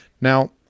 now